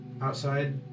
outside